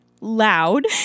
loud